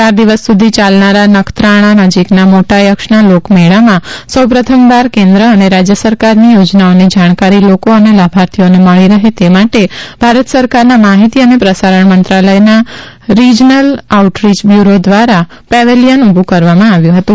યાર દિવસ સુધી ચાલનારા નખત્રાણા નજીકના મોટાયક્ષના લોકમેળામાં સૌપ્રથમવાર કેન્દ્ર અને રાજ્ય સરકારની યોજનાઓની જાણકારી લોકો અને લાભાર્થીઓને મળી રહે તે માટે ભારત સરકારના માહિતી અને પ્રસારણ મંત્રાલયના રિઝલન આઉટરીય બ્યુરો દ્વારા પેવેલિયન ઊભું કરવામાં આવ્યું હતું